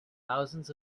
thousands